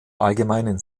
allgemeinen